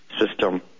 system